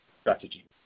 strategy